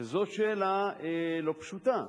וזו שאלה לא פשוטה,